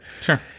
Sure